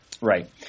Right